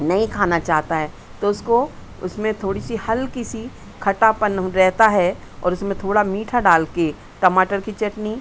नहीं खाना चाहता है तो उसको उसमें थोड़ी सी हल्की सी खट्टापन रहता है और उसमें थोड़ा मीठा डाल के टमाटर की चटनी